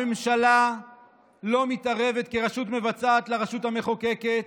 הממשלה לא מתערבת כרשות מבצעת ברשות המחוקקת.